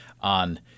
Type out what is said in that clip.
on